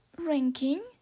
ranking